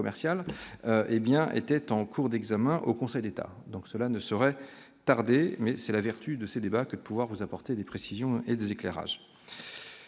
hé bien, était en cours d'examen au Conseil d'État, donc cela ne serait tarder mais c'est la vertu de ces débats que pouvoir vous apporter des précisions et des éclairages